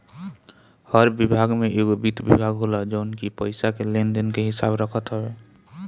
हर विभाग में एगो वित्त विभाग होला जवन की पईसा के लेन देन के हिसाब रखत हवे